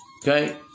Okay